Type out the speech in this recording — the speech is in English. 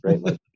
right